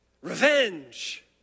Revenge